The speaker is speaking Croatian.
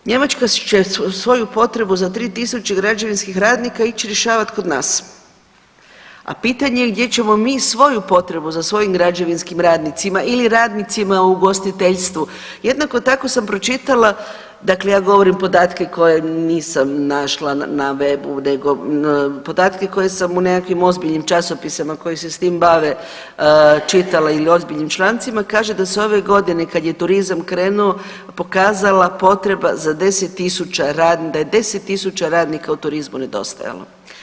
Njemačka će svoju potrebu za 3000 građevinskih radnika ići rješavati kod nas, a pitanje je gdje ćemo mi svoju potrebu za svojim građevinskim radnicima ili radnicima u ugostiteljstvu, jednako tako sam pročitala, dakle ja govorim podatke koje nisam našla na webu nego podatke koje sam u nekakvim ozbiljnim časopisima koji se s tim bave čitala ili ozbiljnim člancima, kaže da se ove godine kad je turizam krenuo, pokazala potreba za 10 000 .../nerazumljivo/... da je 10 000 radnika u turizmu nedostajalo.